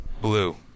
Blue